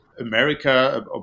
America